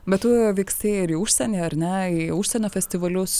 bet tu vyksti ir į užsienį ar ne į užsienio festivalius